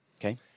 Okay